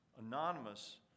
anonymous